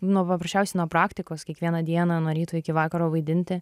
nuo paprasčiausiai nuo praktikos kiekvieną dieną nuo ryto iki vakaro vaidinti